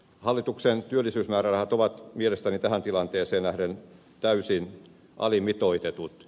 hallituksen työllisyysmäärärahat ovat mielestäni tähän tilanteeseen nähden täysin alimitoitetut